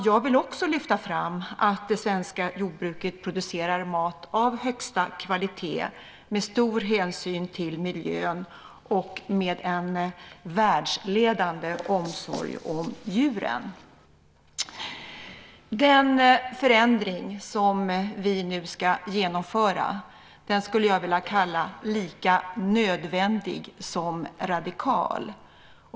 Jag vill också lyfta fram att det svenska jordbruket producerar mat av högsta kvalitet med stor hänsyn till miljön och med en världsledande omsorg om djuren. Den förändring som vi nu ska genomföra skulle jag vilja kalla lika nödvändig som radikal.